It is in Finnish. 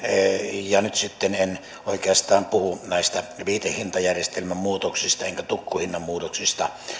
ja nyt sitten en oikeastaan puhu näistä viitehintajärjestelmän muutoksista enkä tukkuhinnan muutoksista